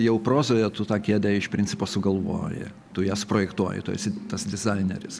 jau prozoje tu tą kėdę iš principo sugalvoji tu ją suprojektuoji tu esi tas dizaineris